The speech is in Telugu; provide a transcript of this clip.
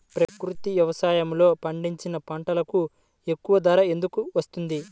ప్రకృతి వ్యవసాయములో పండించిన పంటలకు ఎక్కువ ధర ఎందుకు వస్తుంది?